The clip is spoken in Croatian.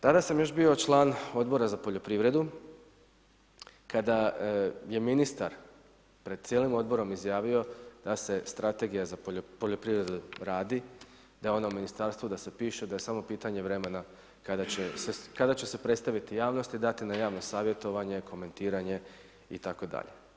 Tada sam još bio član Odbora za poljoprivredu kada je ministar pred cijelim Odborom izjavio da se strategija za poljoprivredu radi, da je ona u ministarstvu, da se piše, da je samo pitanje vremena kada će se predstaviti javnosti, dati na javno savjetovanje, komentiranje itd.